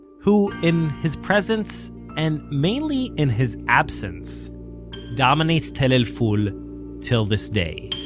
who in his presence and mainly in his absence dominates tell el-ful till this day.